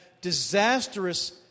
disastrous